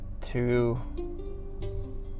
two